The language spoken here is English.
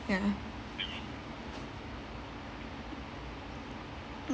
ya